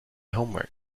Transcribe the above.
homework